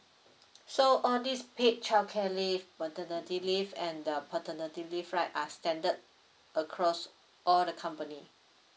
so all this paid childcare leave maternity leave and the paternity leave right are standard across all the company